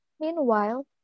meanwhile